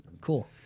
Cool